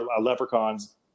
leprechauns